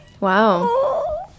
wow